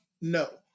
No